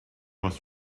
was